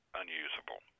unusable